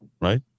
right